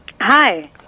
Hi